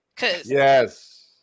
Yes